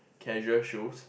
casual shoes